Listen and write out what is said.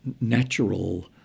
natural